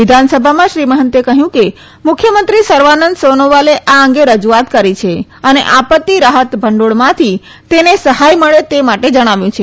વિધાનસભામાં શ્રી મહંતે કહ્યું કે મુખ્યમંત્રી સર્વાનંદ સોનોવાલે આ અંગે રજુઆત કરી છે અને આપત્તિ રાહત ભંડોળમાંથી તેને સહાય મળે તે માટે જણાવ્યું છે